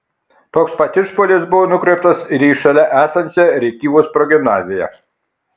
toks pat išpuolis buvo nukreiptas ir į šalia esančią rėkyvos progimnaziją